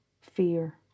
fear